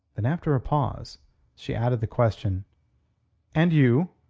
then after a pause she added the question and you?